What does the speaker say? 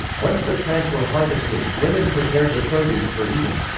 once the plants were harvested, women prepared the produce for eating.